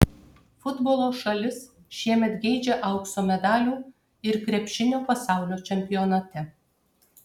futbolo šalis šiemet geidžia aukso medalių ir krepšinio pasaulio čempionate